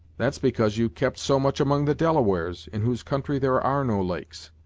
that's because you've kept so much among the delawares, in whose country there are no lakes.